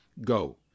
go